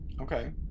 okay